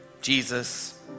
Jesus